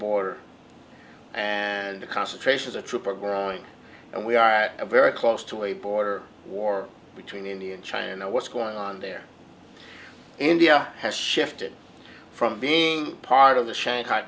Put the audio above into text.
border and the concentrations a troop are growing and we are very close to a border war between india and china what's going on there india has shifted from being part of the shanghai